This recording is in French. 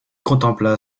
contempla